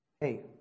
hey